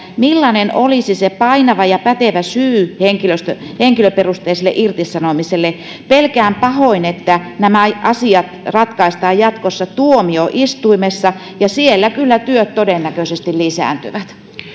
millainen olisi se painava ja pätevä syy henkilöperusteiselle irtisanomiselle pelkään pahoin että nämä asiat ratkaistaan jatkossa tuomioistuimessa ja siellä kyllä työt todennäköisesti lisääntyvät